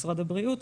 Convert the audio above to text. משרד הבריאות,